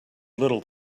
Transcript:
little